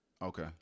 Okay